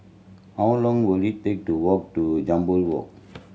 how long will it take to walk to Jambol Walk